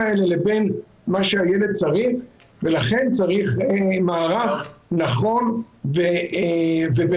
אם אתה הורה שיש לך, אז תרשה לעצמך לשלם